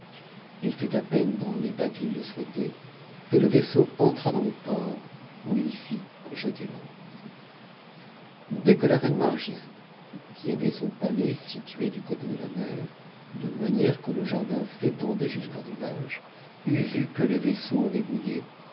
il fut à peine dans l'état qu'il le souhaitait que le vaisseau entra dans le port où il nt jeter l'ancré dès que la reine margiane qui avait son palais situé du côté de la mer de manière que le jardin s'étendait jusqu'au rivage eut vu que le vaisseau avait mouillé